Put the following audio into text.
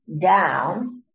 down